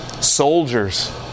soldiers